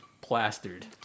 plastered